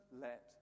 let